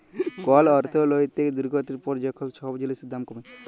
call অর্থলৈতিক দুর্গতির পর যখল ছব জিলিসের দাম কমে